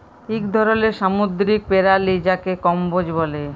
ইক ধরলের সামুদ্দিরিক পেরালি যাকে কম্বোজ ব্যলে